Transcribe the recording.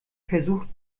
versucht